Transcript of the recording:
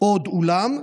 עוד אולם,